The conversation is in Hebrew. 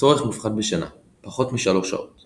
צורך מופחת בשינה פחות משלוש שעות